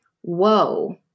whoa